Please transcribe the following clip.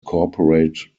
corporate